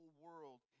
world